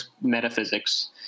metaphysics